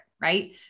Right